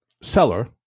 seller